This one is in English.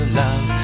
love